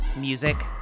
Music